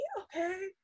Okay